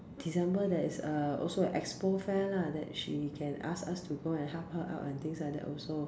December there is uh also an expo fair lah that she can ask us to go and help her out and things like that also